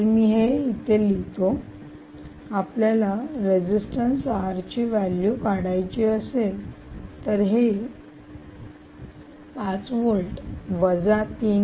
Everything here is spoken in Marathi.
तर मी हे इथे लिहितो आपल्याला रेझिस्टन्स आर ची व्हॅल्यू काढायची असेल तर हे 5 व्होल्ट वजा 3